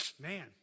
man